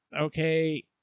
okay